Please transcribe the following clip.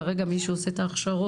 כרגע, מי שעושה את ההכשרות